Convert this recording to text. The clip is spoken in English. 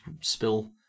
spill